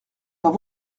dans